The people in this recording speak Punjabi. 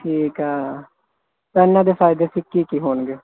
ਠੀਕ ਆ ਇਹਨਾਂ ਦੇ ਫਾਇਦੇ ਫਿਰ ਕੀ ਕੀ ਹੋਣਗੇ